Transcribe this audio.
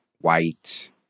white